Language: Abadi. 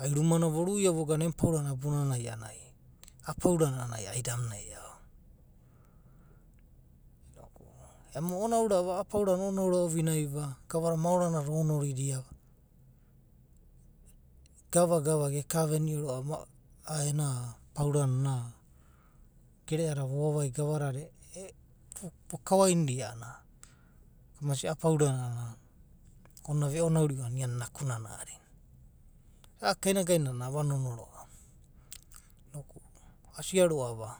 ai ruma na voruia vogana emu paurana abunana, a’anana ai a’a paurana a’anana aida’muna e’ao. Ema a’a paurana o’onaurava, gavana moara, nada onoridava, gava gava geka venio va, a’a ena, paurana ena gereada vo vavaiva e vokau’ainida a’anana kamasia a’a paurana a’anana ve onau rio a’a naku nana a’anana. A’a kainagaina ava nonoa roa’va. Asia’roa’va.